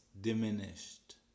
diminished